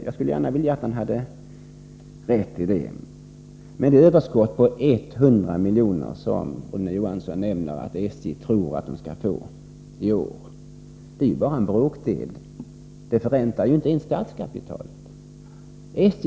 Jag skulle gärna vilja att han hade rätt, men det överskott på 100 miljoner som Rune Johansson nämner att SJ tror sig få i år är ju bara en bråkdel. Det förräntar inte ens statskapitalet.